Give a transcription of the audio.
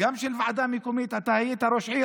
התיק, תיק שנבחן